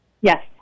Yes